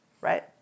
right